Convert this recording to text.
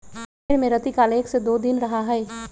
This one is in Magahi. भेंड़ में रतिकाल एक से दो दिन रहा हई